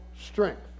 strength